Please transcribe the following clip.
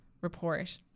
report